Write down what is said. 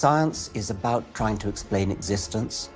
science is about trying to explain existence,